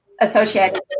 associated